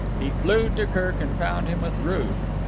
he flew to kirk and found him with ruth.